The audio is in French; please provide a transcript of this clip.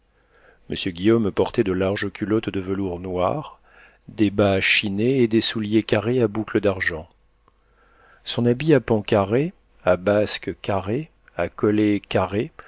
monsieur guillaume portait de larges culottes de velours noir des bas chinés et des souliers carrés à boucles d'argent son habit à pans carrés à basques carrées à collet